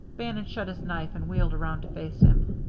bannon shut his knife and wheeled around to face him.